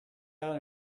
out